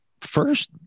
first